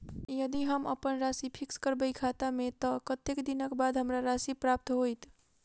यदि हम अप्पन राशि फिक्स करबै खाता मे तऽ कत्तेक दिनक बाद हमरा राशि प्राप्त होइत?